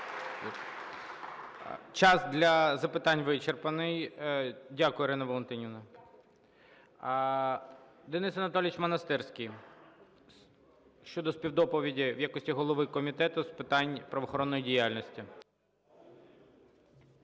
Час для запитань вичерпаний. Дякую, Ірина Валентинівна. Денис Анатолійович Монастирський щодо співдоповіді в якості голови Комітету з питань правоохоронної діяльності.